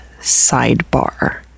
sidebar